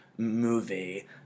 Movie